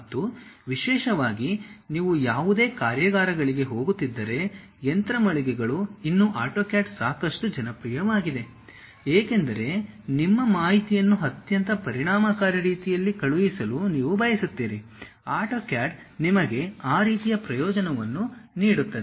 ಮತ್ತು ವಿಶೇಷವಾಗಿ ನೀವು ಯಾವುದೇ ಕಾರ್ಯಾಗಾರಗಳಿಗೆ ಹೋಗುತ್ತಿದ್ದರೆ ಯಂತ್ರ ಮಳಿಗೆಗಳು ಇನ್ನೂ ಆಟೋಕ್ಯಾಡ್ ಸಾಕಷ್ಟು ಜನಪ್ರಿಯವಾಗಿದೆ ಏಕೆಂದರೆ ನಿಮ್ಮ ಮಾಹಿತಿಯನ್ನು ಅತ್ಯಂತ ಪರಿಣಾಮಕಾರಿ ರೀತಿಯಲ್ಲಿ ಕಳುಹಿಸಲು ನೀವು ಬಯಸುತ್ತೀರಿ ಆಟೋಕ್ಯಾಡ್ ನಿಮಗೆ ಆ ರೀತಿಯ ಪ್ರಯೋಜನವನ್ನು ನೀಡುತ್ತದೆ